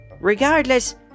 regardless